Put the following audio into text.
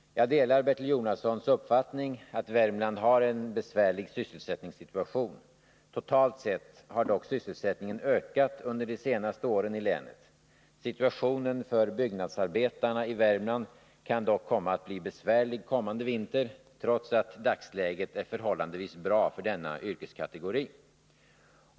Jag delar Bertil Jonassons uppfattning att Värmland har en besvärlig sysselsättningssituation. Totalt sett har dock sysselsättningen i länet ökat under de senaste åren. Situationen för byggnadsarbetarna i Värmland kan emellertid bli besvärlig kommande vinter, trots att dagsläget är förhållandevis bra för denna yrkeskategori.